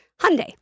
Hyundai